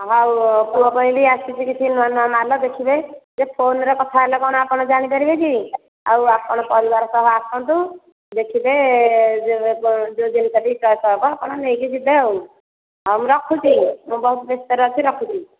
ହଉ ପୁଅ ପାଇଁ ବି ଆସିଛି କିଛି ନୂଆ ନୂଆ ମାଲ ଦେଖିବେ ଯେ ଫୋନ ରେ କଥା ହେଲେ କ'ଣ ଆପଣ ଜାଣିପାରିବେକି ଆଉ ଆପଣ ପରିବାର ସହ ଆସନ୍ତୁ ଦେଖିବେ ଯେ ଜିନିଷ ଟି ସଟ ହେବ ଆପଣ ନେଇକି ଯିବେ ହଉ ରଖୁଛି ମୁଁ ବହୁତ ବ୍ୟସ୍ତ ରେ ଅଛି ରଖୁଛି